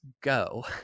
go